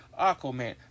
Aquaman